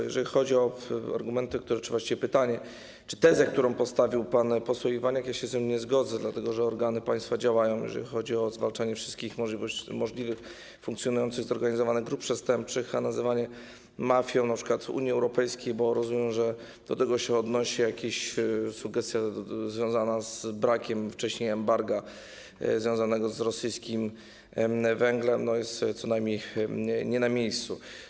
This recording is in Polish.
Jeżeli chodzi o argumenty, właściwie pytanie czy tezę, którą postawił pan poseł Iwaniak, ja się z nią nie zgodzę, dlatego że organy państwa działają, jeżeli chodzi o zwalczanie wszystkich możliwych funkcjonujących zorganizowanych grup przestępczych, a nazywanie mafią np. Unii Europejskiej - bo rozumiem, że do tego się odnosi sugestia związana z brakiem wcześniej embarga na rosyjski węgiel - jest co najmniej nie na miejscu.